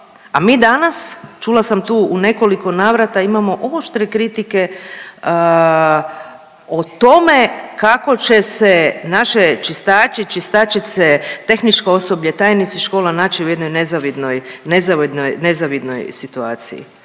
a mi danas, čula sam tu u nekoliko navrata, imamo oštre kritike o tome kako će se naši čistači i čistačice, tehničko osoblje i tajnici škola naći u jednoj nezavidnoj,